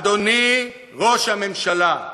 אדוני ראש הממשלה,